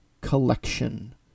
collection